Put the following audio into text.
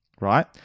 right